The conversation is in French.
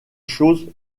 choses